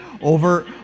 Over